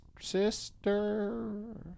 sister